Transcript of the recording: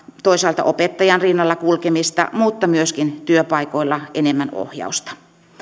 toisaalta opettajan rinnalla kulkemista mutta myöskin työpaikoilla enemmän ohjausta